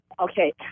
Okay